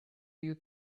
you